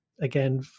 again